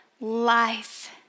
life